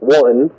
one